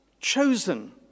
chosen